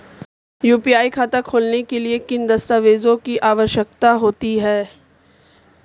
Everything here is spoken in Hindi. यू.पी.आई खाता खोलने के लिए किन दस्तावेज़ों की आवश्यकता होती है?